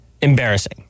embarrassing